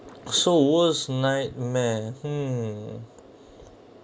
so worst nightmare hmm